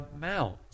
Mount